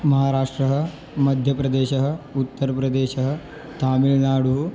महाराष्ट्रः मध्यप्रदेशः उत्तर्प्रदेशः तामिल्नाडुः